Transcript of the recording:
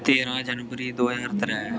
तेरां जनवरी दो ज्हार त्रैऽ